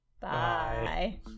bye